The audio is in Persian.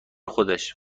خودش